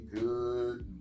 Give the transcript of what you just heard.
good